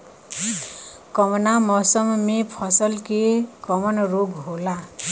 कवना मौसम मे फसल के कवन रोग होला?